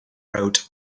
wrote